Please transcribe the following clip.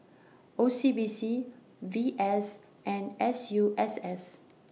O C B C V S and S U S S